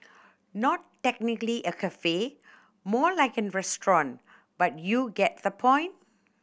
not technically a cafe more like a restaurant but you get the point